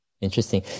interesting